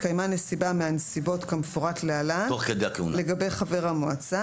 (ד)התקיימה נסיבה מהנסיבות כמפורט להלן לגבי חבר המועצה,